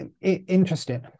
Interesting